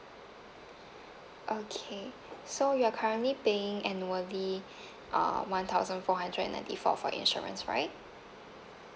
okay so you're currently paying annually uh one thousand four hundred and ninety four for insurance right